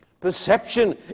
Perception